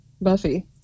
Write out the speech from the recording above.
Buffy